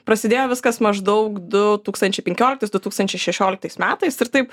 prasidėjo viskas maždaug du tūkstančiai penkioliktais du tūkstančiai šešioliktais metais ir taip